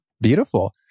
Beautiful